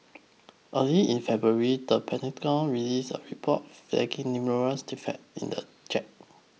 early in February the Pentagon released a report flagging numerous deficiencies in the jet